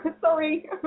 Sorry